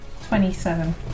27